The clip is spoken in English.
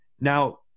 Now